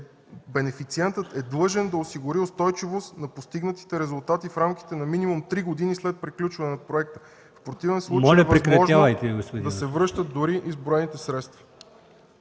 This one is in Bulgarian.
бенефициентът е длъжен да осигури устойчивост на постигнатите резултати в рамките на минимум три години след приключване на проекта. В противен случай е възможно да се връщат дори изброените средства.